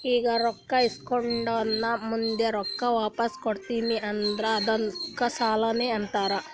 ಈಗ ರೊಕ್ಕಾ ಇಸ್ಕೊಂಡ್ ನಾ ಮುಂದ ರೊಕ್ಕಾ ವಾಪಸ್ ಕೊಡ್ತೀನಿ ಅಂದುರ್ ಅದ್ದುಕ್ ಸಾಲಾನೇ ಅಂತಾರ್